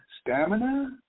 stamina